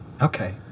Okay